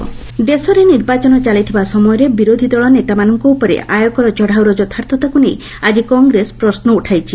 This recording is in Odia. କଂଗ୍ରେସ ପିଏମ୍ ଦେଶରେ ନିର୍ବାଚନ ଚାଲିଥିବା ସମୟରେ ବିରୋଧୀ ଦଳ ନେତାମାନଙ୍କ ଉପରେ ଆୟକର ଚଢ଼ାଉର ଯଥାର୍ଥତାକୁ ନେଇ ଆଜି କଂଗ୍ରେସ ପ୍ରଶ୍ର ଉଠାଇଛି